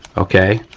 okay.